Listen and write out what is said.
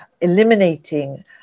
eliminating